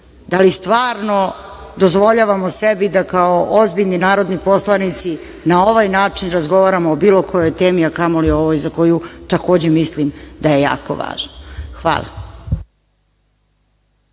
Da li stvarno dozvoljavamo sebi da kao ozbiljni narodni poslanici na ovaj način razgovaramo o bilo kojoj temi, a kamoli o ovoj za koju takođe mislim da je jako važna? Hvala.